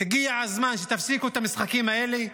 הגיע הזמן שתפסיקו את המשחקים האלה,